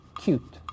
Cute